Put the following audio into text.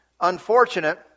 unfortunate